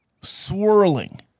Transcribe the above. swirling